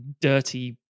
dirty